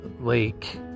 lake